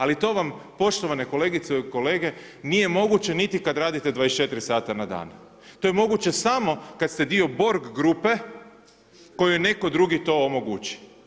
Ali to vam poštovane kolegice i kolege, nije moguće ni kad radite 24 sata na dan, to je moguće samo kad ste dio Borg grupe kojoj je netko drugi to omogući.